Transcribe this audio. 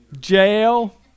jail